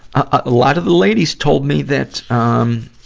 a lot of the ladies told me that, um,